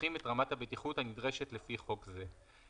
המבטיחים את רמת הבטיחות הנדרשת לפי חוק זה.